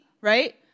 right